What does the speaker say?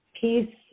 peace